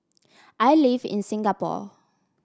I live in Singapore